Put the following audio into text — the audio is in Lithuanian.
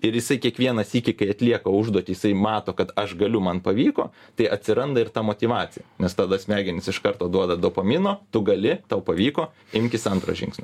ir jisai kiekvieną sykį kai atlieka užduotį jisai mato kad aš galiu man pavyko tai atsiranda ir ta motyvacija nes tada smegenys iš karto duoda dopamino tu gali tau pavyko imkis antro žingsnio